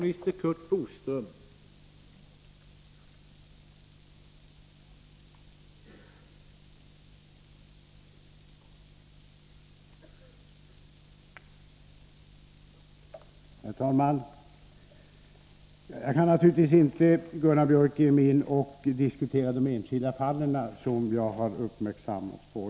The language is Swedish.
Herr talman! Jag kan naturligtvis inte, Gunnar Biörck i Värmdö, diskutera de enskilda fall som jag har uppmärksammats på.